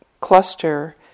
cluster